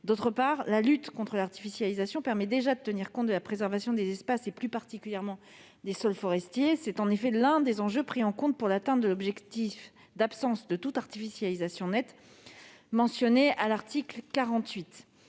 ailleurs, la lutte contre l'artificialisation permet déjà de tenir compte de la préservation des espaces forestiers, plus particulièrement des sols forestiers. C'est en effet l'un des enjeux pris en compte pour l'atteinte de l'objectif d'absence de toute artificialisation nette mentionné à l'article 48.